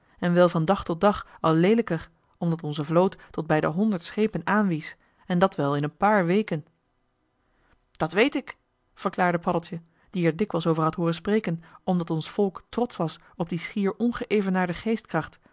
en wel van dag tot dag al leelijker omdat onze vloot tot bij de honderd schepen aanwies en dat wel in een paar weken dat weet ik verklaarde paddeltje die er dikwijls over had hooren spreken omdat ons volk trotsch was op die schier ongeëvenaarde geestkracht